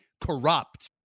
Corrupt